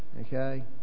okay